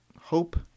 hope